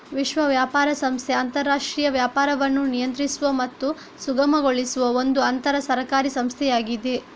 ವಿಶ್ವ ವ್ಯಾಪಾರ ಸಂಸ್ಥೆ ಅಂತರಾಷ್ಟ್ರೀಯ ವ್ಯಾಪಾರವನ್ನು ನಿಯಂತ್ರಿಸುವ ಮತ್ತು ಸುಗಮಗೊಳಿಸುವ ಒಂದು ಅಂತರ ಸರ್ಕಾರಿ ಸಂಸ್ಥೆಯಾಗಿದೆ